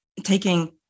taking